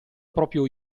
proprio